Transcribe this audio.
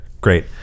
Great